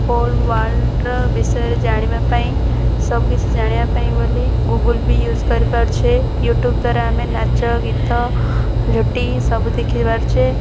whole ୱାର୍ଲଡର ବିଷୟରେ ଜାଣିବା ପାଇଁ ସବୁକିଛି ଜାଣିବା ପାଇଁ ବୋଲି ଗୁଗୁଲ୍ ବି ୟୁଜ୍ କରିପାରୁଛେ ୟୁଟ୍ୟୁବ ଦ୍ୱାରା ଆମେ ନାଚ ଗୀତ ଝୋଟି ସବୁ ଦେଖିପାରୁଛେ